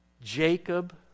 Jacob